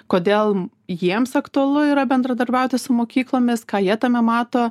kodėl jiems aktualu yra bendradarbiauti su mokyklomis ką jie tame mato